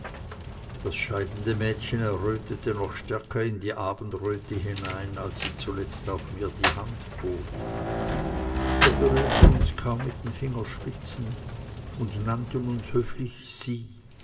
das scheidende mädchen errötete noch stärker in die abendröte hinein als sie zuletzt auch mir die hand bot wir berührten uns kaum mit den fingerspitzen und nannten uns höflich sie